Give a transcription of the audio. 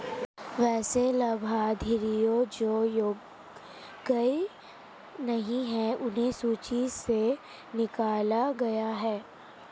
वैसे लाभार्थियों जो योग्य नहीं हैं उन्हें सूची से निकला गया है